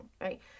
right